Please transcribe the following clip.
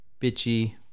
bitchy